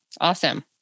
Awesome